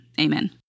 amen